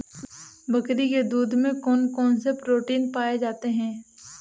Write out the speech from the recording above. बकरी के दूध में कौन कौनसे प्रोटीन पाए जाते हैं?